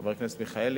חבר הכנסת מיכאלי,